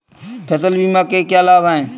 फसल बीमा के क्या लाभ हैं?